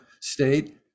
state